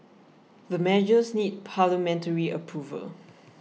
the measures need parliamentary approval